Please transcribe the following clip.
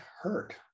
hurt